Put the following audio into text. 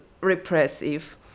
repressive